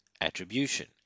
Attribution